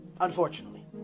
unfortunately